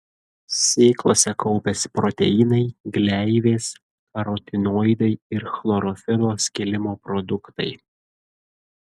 sėklose kaupiasi proteinai gleivės karotinoidai ir chlorofilo skilimo produktai